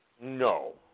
No